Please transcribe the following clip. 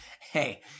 Hey